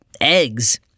eggs